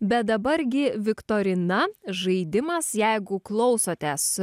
bet dabar gi viktorina žaidimas jeigu klausotės